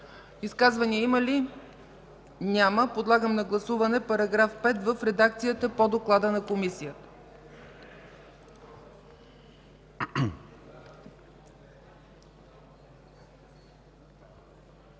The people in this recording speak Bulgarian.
Изказвания има ли? Няма. Подлагам на гласуване § 5 в редакцията по доклада на Комисията.